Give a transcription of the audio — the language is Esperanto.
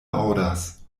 aŭdas